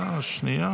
חברים.